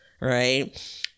right